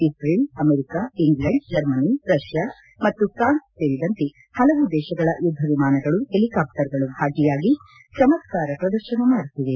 Israel America England Germany Russia ಮತ್ತು France ಸೇರಿದಂತೆ ಹಲವು ದೇಶಗಳ ಯುದ್ದ ವಿಮಾನಗಳು ಹೆಲಿಕಾಪ್ಪರ್ಗಳು ಭಾಗಿಯಾಗಿ ಚಮತ್ಕಾರ ಪ್ರದರ್ಶನ ಮಾಡುತ್ತಿವೆ